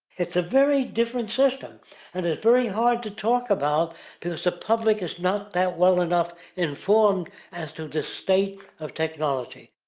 it's a very different system and it's very hard to talk about because the public is not that well enough informed as to the state of technology.